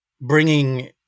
bringing